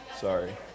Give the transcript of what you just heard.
sorry